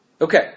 Okay